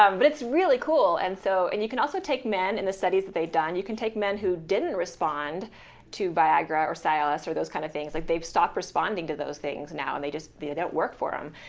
um but it's really cool, and so. and you can also take men. in the studies that they've done, you can take men who didn't respond to viagra or so cialis or those kind of things, like they've stopped responding to those things now and they just don't work for them,